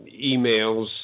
emails